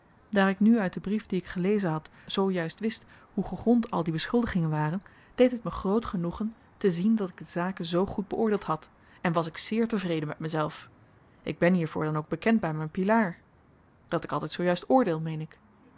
daar ik nu uit den brief dien ik gelezen had zoo juist wist hoe gegrond al die beschuldigingen waren deed het me groot genoegen te zien dat ik de zaken zoo goed beoordeeld had en was ik zeer tevreden met myzelf ik ben hiervoor dan ook bekend by myn pilaar dat ik altyd zoo juist oordeel meen ik